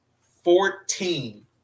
fourteen